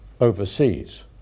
overseas